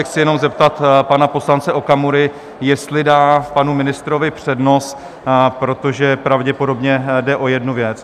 Chci se jenom zeptat pana poslance Okamury, jestli dá panu ministrovi přednost, protože pravděpodobně jde o jednu věc?